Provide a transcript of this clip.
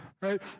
right